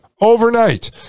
overnight